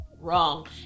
wrong